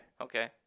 Okay